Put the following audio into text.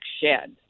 shed